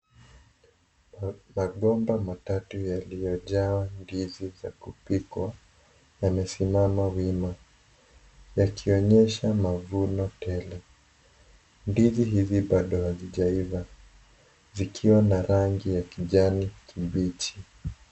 Migomba tatu zilizo jaa ndizi za kupikwa imesimama wima ikonyesha mavuno tele ndizi hizi bado hazijaiva zikiwa na rangi ya kijani kibichi.